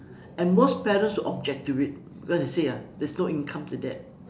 and most parents will object to it because you see ah there's no income to that